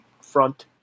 front